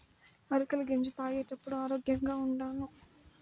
అరికెల గెంజి తాగేప్పుడే ఆరోగ్యంగా ఉండాను